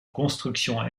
construction